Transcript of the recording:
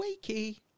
Wakey